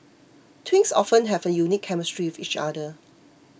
twins often have a unique chemistry with each other